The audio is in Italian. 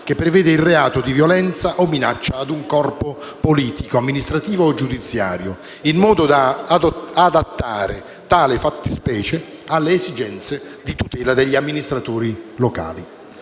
che prevede il reato di violenza o minaccia ad un corpo politico, amministrativo o giudiziario, in modo da adattare tale fattispecie alle esigenze di tutela degli amministratori locali.